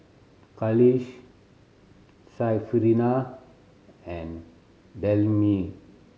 Khalish Syarafina and Delima